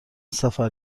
سفر